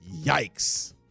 yikes